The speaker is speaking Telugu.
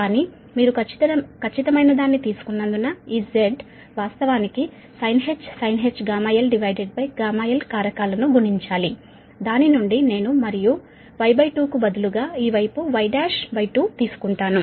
కానీ మీరు ఖచ్చితమైనదాన్ని తీసుకున్నందున ఈ Z వాస్తవానికి sinh γl γlకారకాలను గుణించాలి దాని నుండి నేను మరియు Y2 కు బదులుగా ఈ వైపు Y12తీసుకుంటాను